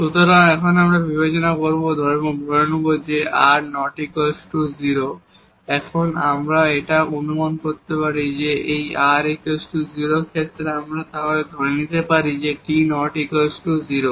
সুতরাং এখন আমরা এটি বিবেচনা করব বা আমরা ধরে নিব যে r ≠ 0 এখানে আমরা এটাও অনুমান করতে পারি যে যদি এই r 0 ক্ষেত্রে তাহলে আমরা ধরে নিতে পারি যে t ≠ 0